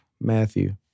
Matthew